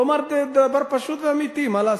הוא אמר דבר פשוט ואמיתי, מה לעשות?